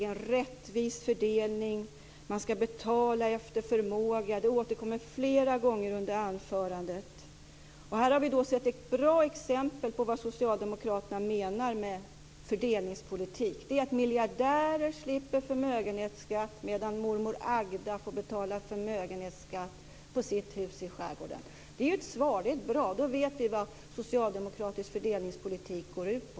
Han talar om rättvis fördelning, om att man ska betala efter förmåga. Det återkommer flera gånger under anförandet. Här har vi sett ett bra exempel på vad socialdemokraterna menar med fördelningspolitik. Det är att miljardärer slipper förmögenhetsskatt medan mormor Agda får betala förmögenhetsskatt på sitt hus i skärgården. Det är ett svar. Det är bra. Då vet vi vad socialdemokratisk fördelningspolitik går ut på.